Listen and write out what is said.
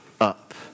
up